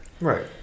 Right